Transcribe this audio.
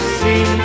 see